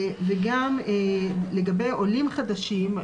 גם לגבי עולים חדשים,